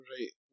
Right